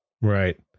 Right